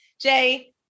Jay